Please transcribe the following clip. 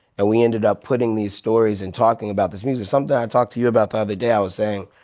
and we ended up putting these stories and talking about this music. something i talked to you about the other day, i was saying,